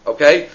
Okay